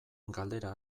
galdera